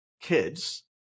kids